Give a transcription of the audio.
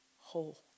whole